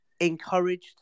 encouraged